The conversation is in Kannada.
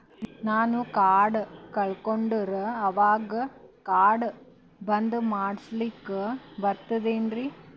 ನಾನು ಕಾರ್ಡ್ ಕಳಕೊಂಡರ ಅವಾಗ ಕಾರ್ಡ್ ಬಂದ್ ಮಾಡಸ್ಲಾಕ ಬರ್ತದೇನ್ರಿ?